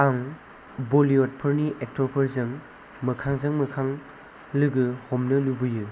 आं बलिवुड फोरनि एक्ट'र फोरजों मोखांजों मोखां लोगो हमनो लुबैयो